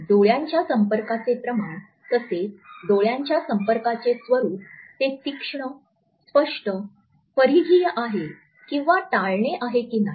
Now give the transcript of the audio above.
डोळ्यांच्या संपर्काचे प्रमाण तसेच डोळ्यांच्या संपर्काचे स्वरूप ते तीक्ष्ण स्पष्ट परिघीय आहे किंवा टाळणे आहे की नाही